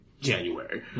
January